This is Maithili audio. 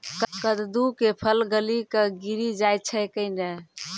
कददु के फल गली कऽ गिरी जाय छै कैने?